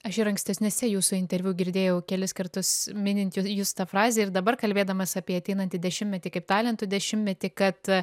aš ir ankstesniuose jūsų interviu girdėjau kelis kartus minint jus tą frazę ir dabar kalbėdamas apie ateinantį dešimtmetį kaip talentų dešimtmetį kad